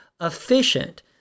efficient